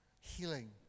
healing